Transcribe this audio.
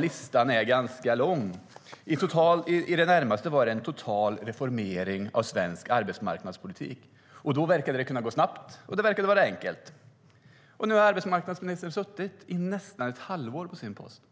Listan är ganska lång. Det var i det närmaste en total reformering av svensk arbetsmarknadspolitik. Då verkade det vara enkelt och kunna gå snabbt. Nu har arbetsmarknadsministern suttit i nästan ett halvår på sin post.